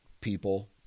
people